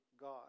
God